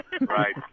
Right